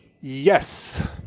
Yes